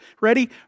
Ready